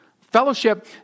Fellowship